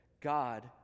God